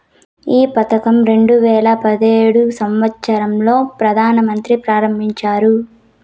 ఈ పథకం రెండు వేల పడైదు సంవచ్చరం లో ప్రధాన మంత్రి ఆరంభించారు